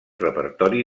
repertori